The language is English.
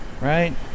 right